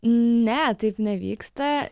ne taip nevyksta